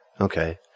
Okay